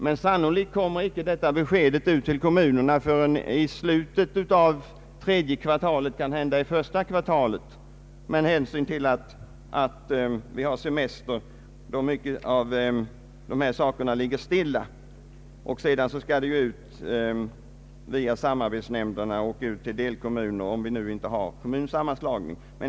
Men sannolikt kommer icke detta besked ut till kommunerna förrän i slutet av tredje kvartalet, kanhända under det sista kvartalet med hänsyn till att det under den aktuella tiden råder semesterförhållanden, varför <dessa ärenden får ligga obehandlade. Sedan skall detta ut via samarbetsnämnderna och till delkommuner i de fall där det inte genomförts kommunsammanslagning.